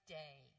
day